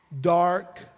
dark